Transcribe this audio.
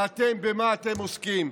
ואתם, במה אתם עוסקים?